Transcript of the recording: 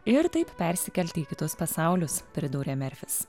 ir taip persikelti į kitus pasaulius pridūrė merfis